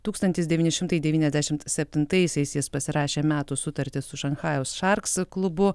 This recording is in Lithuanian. tūkstantis devyni šimtai devyniasdešim septintaisiais jis pasirašė metų sutartis su šanchajaus šarksu klubu